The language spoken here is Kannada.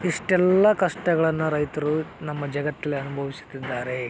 ಇಷ್ಟೆಲ್ಲ ಕಷ್ಟಗಳನ್ನು ರೈತರು ನಮ್ಮ ಜಗತ್ತಲ್ಲೆ ಅನುಭವಿಸ್ತಿದ್ದಾರೆ